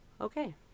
okay